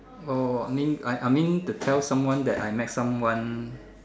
oh mean I I mean to tell someone that I met someone